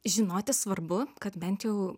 žinoti svarbu kad bent jau